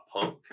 Punk